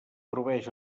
proveeix